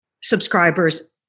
subscribers